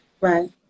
Right